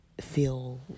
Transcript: feel